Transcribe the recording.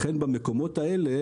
לכן במקומות האלה,